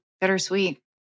bittersweet